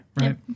right